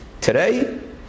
Today